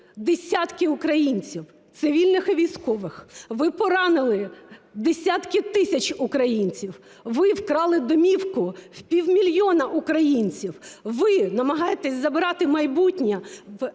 десятки українців цивільних і військових! Ви поранили десятки тисяч українців, ви вкрали домівку в пів мільйона українців. Ви намагаєтесь забирати майбутнє